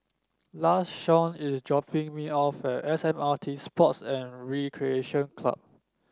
Lashawn is dropping me off at S M R T Sports and Recreation Club